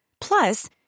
Plus